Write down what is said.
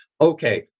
Okay